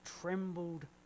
trembled